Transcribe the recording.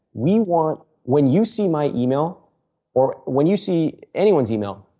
we want when you see my email or when you see anyone's email,